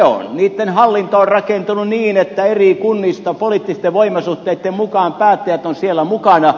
niiden hallinto on rakentunut niin että eri kunnista poliittisten voimasuhteitten mukaan päättäjät ovat siellä mukana